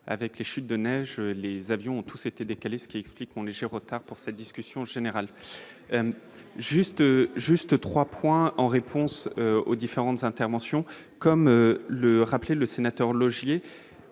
avec les chutes de neige, les avions ont tous été décalé, ce qui explique mon échelle retard pour cette discussion générale juste juste 3 points en réponse aux différentes interventions, comme le rappelait le sénateur Laugier,